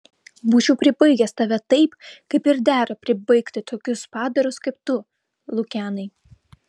būčiau pribaigęs tave taip kaip ir dera pribaigti tokius padarus kaip tu lukianai